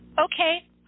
Okay